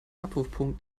abwurfpunkt